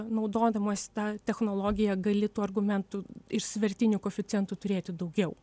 naudodamasi ta technologija gali tų argumentų ir svertinių koeficientų turėti daugiau